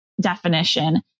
definition